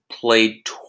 played